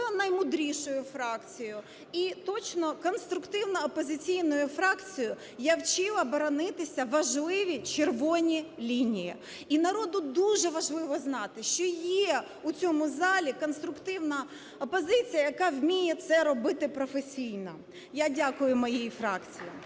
наймудрішою фракцією і точно конструктивно опозиційною фракцією, я вчила боронити важливі червоні лінії. І народу дуже важливо знати, що є у цьому залі конструктивна опозиція, яка вміє це робити професійно. Я дякую моїй фракції.